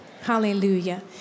hallelujah